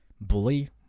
bully